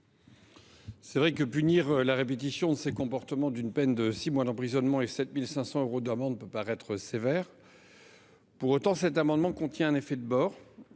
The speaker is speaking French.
Certes, punir la répétition de ces comportements d’une peine de 6 mois d’emprisonnement et 7 500 euros d’amende peut paraître sévère. Pour autant, les dispositions de cet amendement contiennent un effet de bord.